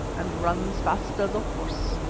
and runs fast as a horse.